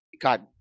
God